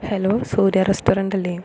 hello Surya റെസ്റ്റോറൻറ്റല്ലേ